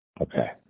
Okay